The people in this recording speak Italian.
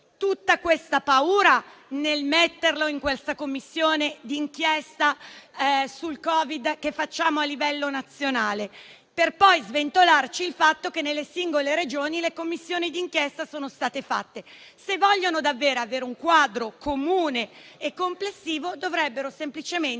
tutta questa paura nello stabilirlo in questa Commissione d'inchiesta sul Covid che facciamo a livello nazionale, per poi sventolarci il fatto che nelle singole Regioni le commissioni di inchiesta sono state fatte? Se vogliono davvero avere un quadro comune e complessivo, dovrebbero semplicemente